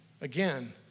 again